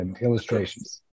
illustrations